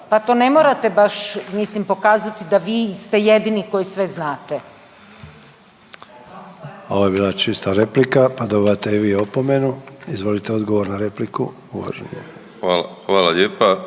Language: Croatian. Pa to ne morate baš mislim pokazati da vi ste jedini koji sve znate. **Sanader, Ante (HDZ)** Ovo je bila čista replika, pa dobivate i vi opomenu. Izvolite odgovor na repliku uvaženi.